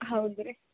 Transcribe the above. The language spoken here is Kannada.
ಹೌದು ರೀ